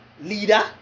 leader